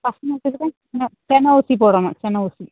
பசு மாட்டுக்கு தான் செனை செனை ஊசி போடணும் செனை ஊசி